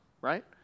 right